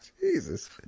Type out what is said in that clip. Jesus